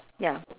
ya